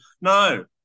No